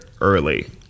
early